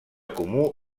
comú